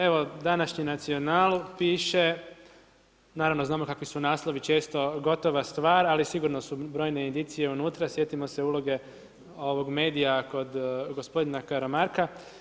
Evo, današnji nacional piše, naravno znamo kakvi su naslovi često gotova stvar, ali sigurno su brojne indicije unutra, sjetimo se uloge ovog medija kod gospodina Karamarka.